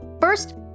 first